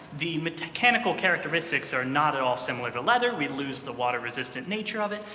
the mechanical characteristics are not at all similar to leather, we lose the water-resistant nature of it,